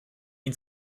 ihn